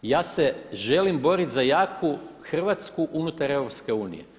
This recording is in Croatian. Ja se želim boriti za jaku Hrvatsku unutar EU.